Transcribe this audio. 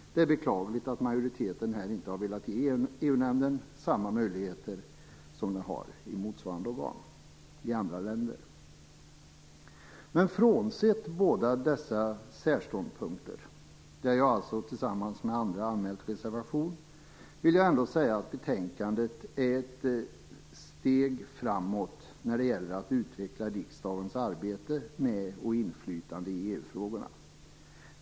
Det är beklagligt att majoriteten inte har velat ge EU-nämnden samma möjligheter som motsvarande organ har i andra länder. Frånsett dessa båda särståndpunkter, där jag tillsammans med andra anmält reservation, tycker jag ändå att betänkandet är ett steg framåt när det gäller att utveckla riksdagens arbete med och inflytande i EU-frågorna.